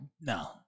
No